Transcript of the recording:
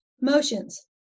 motions